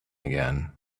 again